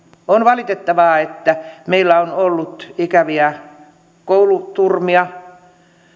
on valitettavaa että meillä on ollut ikäviä kouluturmia